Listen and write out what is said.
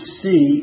see